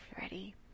ready